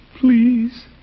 Please